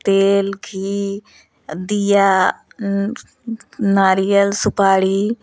तेल घी दीया नारियल सुपाड़ी